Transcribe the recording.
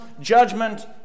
judgment